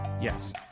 Yes